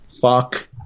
Fuck